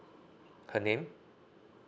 her name